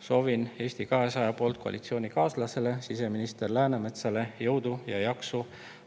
Soovin Eesti 200 poolt koalitsioonikaaslasele siseminister Läänemetsale jõudu ja jaksu